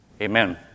amen